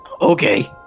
Okay